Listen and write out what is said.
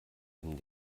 ihm